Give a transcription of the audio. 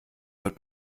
wird